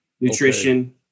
nutrition